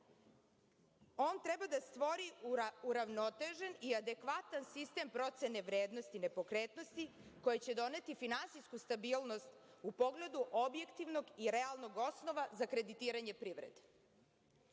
On treba da stvori uravnotežen i adekvatan sistem procene vrednosti nepokretnosti koji će doneti finansijsku stabilnost u pogledu objektivnog i realnog osnova za kreditiranje privrede. Zakon